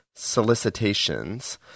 Solicitations